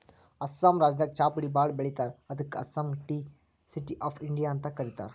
ಅಸ್ಸಾಂ ರಾಜ್ಯದಾಗ್ ಚಾಪುಡಿ ಭಾಳ್ ಬೆಳಿತಾರ್ ಅದಕ್ಕ್ ಅಸ್ಸಾಂಗ್ ಟೀ ಸಿಟಿ ಆಫ್ ಇಂಡಿಯಾ ಅಂತ್ ಕರಿತಾರ್